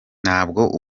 ntabwo